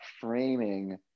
framing